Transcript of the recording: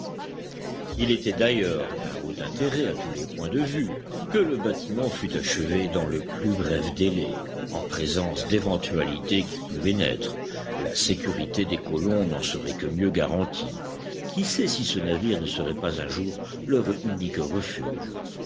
il était d'ailleurs d'un haut intérêt à tous les points de vue que le bâtiment fût achevé dans le plus bref délai en présence d'éventualités qui pouvaient naître la sécurité des colons n'en serait que mieux garantie qui sait si ce navire ne serait pas un jour leur unique refuge